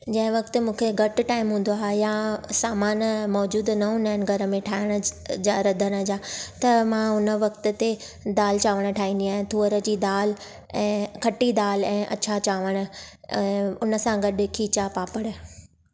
जंहिं वक़्तु मूंखे घटि टाइम हूंदो आहे या सामान मौजूदु न हूंदा आहिनि घर में ठाहिण जा रधण जा त मां हुन वक़्त ते दाल चांवर ठाहींदी आहियां तुअर जी दाल ऐं खटी दाल ऐं अछा चांवर ऐं उन सां गॾु खीचा पापड़